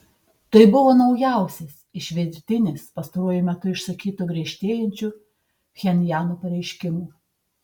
tai buvo naujausias iš virtinės pastaruoju metu išsakytų griežtėjančių pchenjano pareiškimų